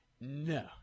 No